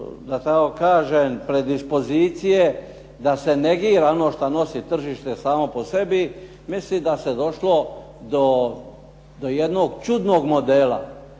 predispozicije da se negira ono što nosi tržište samo po sebi mislim da se došlo do jednog čudnog modela.